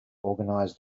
organize